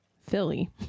Philly